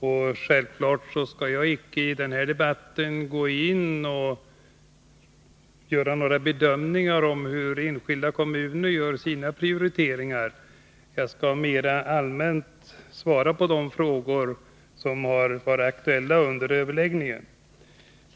och självfallet skall jag icke i den här debatten gå in och göra några bedömningar av hur enskilda kommuner gör sina prioriteringar. Jag skall mera allmänt svara på de frågor som har varit aktuella under överläggningen.